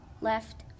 left